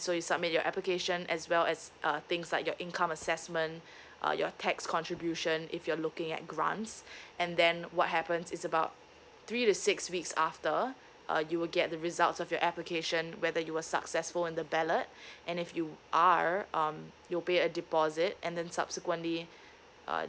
so you submit your application as well as uh things like your income assessment uh your tax contribution if you're looking at grants and then what happens is about three to six weeks after uh you will get the results of your application whether you were successful in the ballot and if you are um you'll pay a deposit and then subsequently uh